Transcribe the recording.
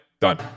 done